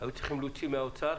היו צריכים להוציא מהאוצר,